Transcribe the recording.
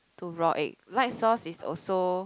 two raw egg light sauce is also